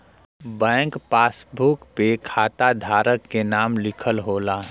bank passbook पे खाता धारक क नाम लिखल होला